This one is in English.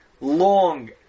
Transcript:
long